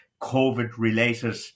COVID-related